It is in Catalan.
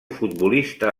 futbolista